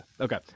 okay